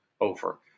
Over